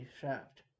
shaft